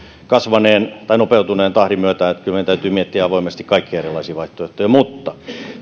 nopeutuneen tahdin myötä että kyllä meidän täytyy miettiä avoimesti kaikkia erilaisia vaihtoehtoja mutta